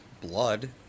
blood